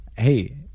Hey